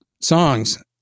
songs